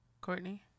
Courtney